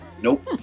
Nope